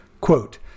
Quote